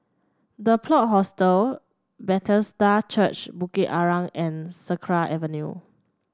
The Plot Hostel Bethesda Church Bukit Arang and Sakra Avenue